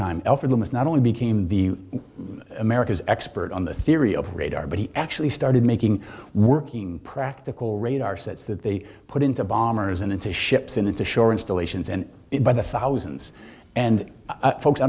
time for them is not only became the america's expert on the theory of radar but he actually started making working practical radar sets that they put into bombers and into ships into shore installations and it by the thousands and folks i